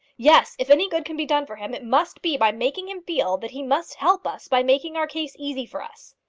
yes! if any good can be done for him, it must be by making him feel that he must help us by making our case easy for us.